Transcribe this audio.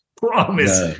promise